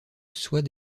soit